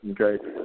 okay